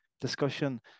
discussion